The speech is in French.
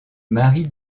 mari